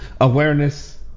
awareness